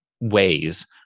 ways